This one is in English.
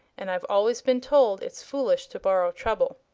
and i've always been told it's foolish to borrow trouble.